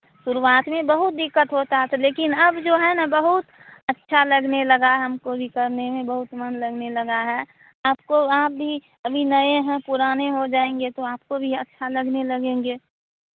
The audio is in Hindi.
शुरुआत में बहुत दिक्कत होता है तो लेकिन अब जो है ना बहुत अच्छा लगने लगा है हमको भी करने में बहुत मन लगने लगा है आपको आप भी अभी नए हैं पुराने हो जाएँगे तो आपको भी अच्छा लगने लगेंगे